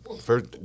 first